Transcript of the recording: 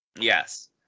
Yes